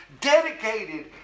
dedicated